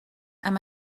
amb